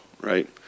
right